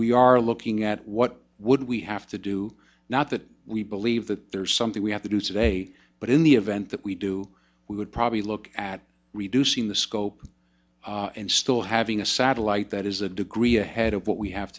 we are looking at what would we have to do not that we believe that there's something we have to do survey but in the event that we do we would probably look at reducing the scope and still having a satellite that is a degree ahead of what we have